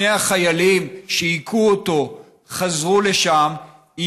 שני החיילים שהכו אותו חזרו לשם,